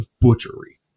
butchery